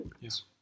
Yes